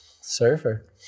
surfer